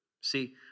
See